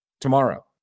Tomorrow